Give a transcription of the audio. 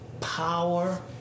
power